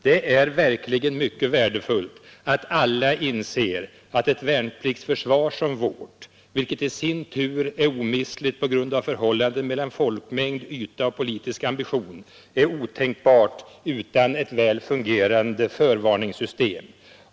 Det är verkligen mycket värdefullt att alla inser att ett värnpliktsförsvar som vårt — vilket i sin tur är omistligt på grund av förhållandet mellan folkmängd, yta och politisk ambition — är otänkbart utan ett väl fungerande förvarningssystem.